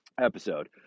episode